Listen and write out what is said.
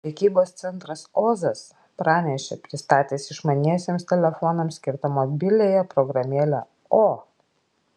prekybos centras ozas pranešė pristatęs išmaniesiems telefonams skirtą mobiliąją programėlę o